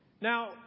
Now